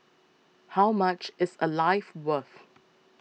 how much is a life worth